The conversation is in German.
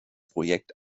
projekt